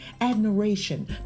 admiration